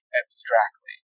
abstractly